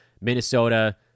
Minnesota